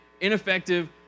ineffective